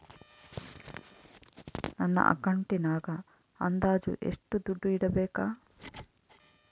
ನನ್ನ ಅಕೌಂಟಿನಾಗ ಅಂದಾಜು ಎಷ್ಟು ದುಡ್ಡು ಇಡಬೇಕಾ?